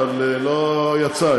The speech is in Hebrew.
אבל לא יצא,